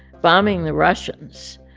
bombing the russians.